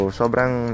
sobrang